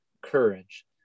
courage